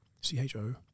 C-H-O